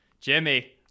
Jimmy